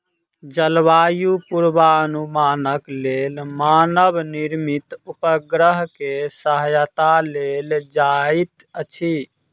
जलवायु पूर्वानुमानक लेल मानव निर्मित उपग्रह के सहायता लेल जाइत अछि